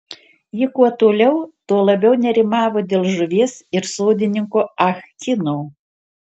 ji kuo toliau tuo labiau nerimavo dėl žuvies ir sodininko ah kino